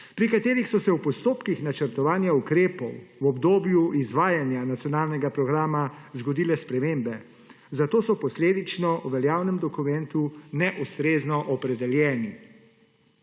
pri katerih so se v postopkih načrtovanja ukrepov v obdobju izvajanja nacionalnega programa zgodile spremembe, zato so posledično v veljavnem dokumentu neustrezno opredeljeni.